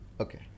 Okay